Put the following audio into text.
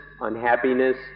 unhappiness